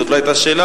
זאת לא היתה השאלה.